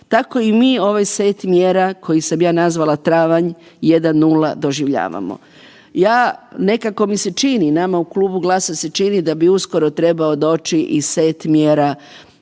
Tako i mi ovaj set mjera koji sam ja nazvala Travanj 1.0 doživljavamo. Ja, nekako mi se čini, nama u Klubu GLAS-a se čini da bi uskoro trebao doći i set mjera